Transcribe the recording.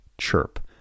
CHIRP